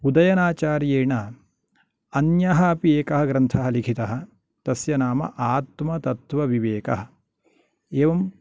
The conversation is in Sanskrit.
उदयनाचार्येन अन्यः अपि एकः ग्रन्थः लिखितः तस्य नाम आत्मतत्त्वविवेकः एवं